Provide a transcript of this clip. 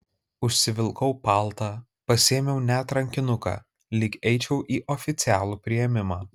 užsivilkau paltą pasiėmiau net rankinuką lyg eičiau į oficialų priėmimą